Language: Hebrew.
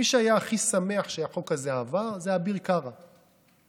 מי שהיה הכי שמח שהחוק הזה עבר זה אביר קארה הצבוע,